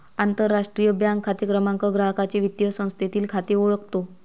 आंतरराष्ट्रीय बँक खाते क्रमांक ग्राहकाचे वित्तीय संस्थेतील खाते ओळखतो